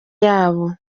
yabo